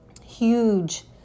huge